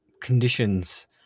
conditions